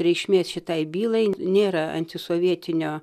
reikšmės šitai bylai nėra antisovietinio